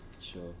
Sure